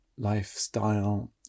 lifestyle